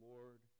Lord